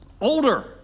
Older